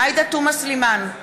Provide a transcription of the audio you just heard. עאידה תומא סלימאן,